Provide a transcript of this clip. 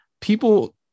people